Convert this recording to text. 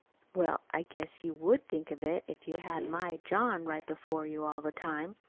well, i guess you would think of it if you had my john right before you all the time.